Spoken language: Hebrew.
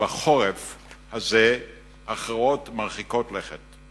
בחורף הזה הכרעות מרחיקות לכת.